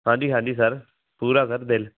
ਹਾਂਜੀ ਹਾਂਜੀ ਸਰ ਪੂਰਾ ਸਰ ਦਿਲ